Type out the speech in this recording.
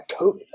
COVID